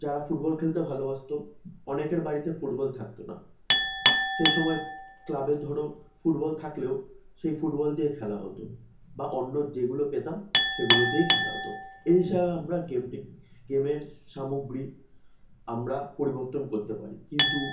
যারা ফুটবল খেলতে ভালোবাসত অনেকের বাড়িতে ফুটবল থাকতো না সেই সময় ক্লাবে ধরো ফুটবল থাকলেও সেই ফুটবল দিয়ে খেলা হতো বা অন্য যেগুলো পেতাম সেগুলো দিয়েই খেলা হতো এই সব আমরা গেমটি গেমের সামগ্রী আমরা পরিবর্তন করতে পারি কিন্তু